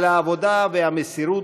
על העבודה והמסירות,